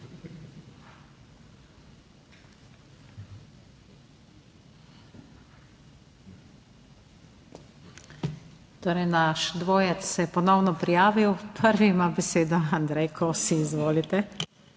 Torej naš dvojec se je ponovno prijavil. Prvi ima besedo Andrej Kosi. Izvolite.